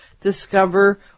discover